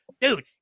Dude